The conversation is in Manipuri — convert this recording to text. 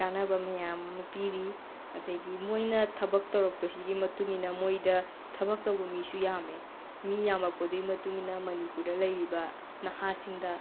ꯀꯥꯟꯅꯕ ꯃꯌꯥꯝ ꯑꯃ ꯄꯤꯔꯤ ꯑꯗꯒꯤ ꯃꯣꯏꯅ ꯊꯕꯛ ꯇꯧꯔꯛꯄꯁꯤꯒꯤ ꯃꯇꯨꯡ ꯏꯟꯅ ꯃꯣꯏꯗ ꯊꯕꯛ ꯇꯧꯕ ꯃꯤꯁꯨ ꯌꯥꯝꯃꯦ ꯃꯤ ꯌꯥꯝꯃꯛꯄꯗꯨꯏ ꯃꯇꯨꯡ ꯏꯟꯅ ꯃꯅꯤꯄꯨꯔꯗ ꯂꯩꯔꯤꯕ ꯅꯍꯥꯁꯤꯡꯗ